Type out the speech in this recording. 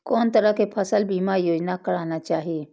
कोन तरह के फसल बीमा योजना कराना चाही?